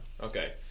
Okay